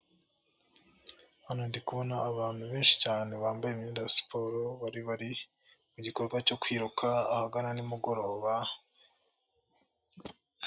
Hano ndi kubona abantu benshi cyane bambaye imyenda ya siporo bari bari mu gikorwa cyo kwiruka ahagana nimugoroba.